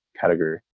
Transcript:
category